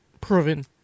proven